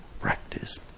practice